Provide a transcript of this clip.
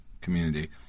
community